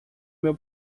meu